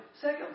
second